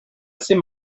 assez